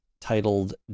titled